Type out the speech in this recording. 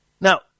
Now